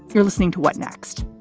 you're listening to what next?